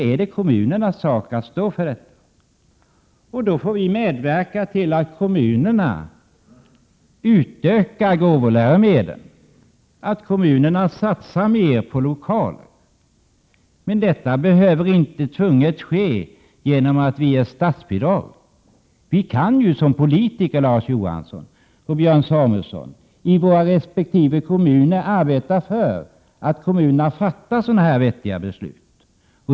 Vi måste medverka till att kommunerna utökar bidraget till gåvoläromedel, att kommunerna satsar mera på lokaler, men detta behöver inte absolut ske genom statsbidrag. Vi kan som politiker, Larz Johansson och Björn Samuelson, i våra resp. kommuner arbeta för att kommunerna fattar vettiga beslut.